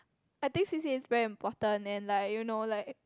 I think C_C_A is very important and like you know like